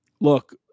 Look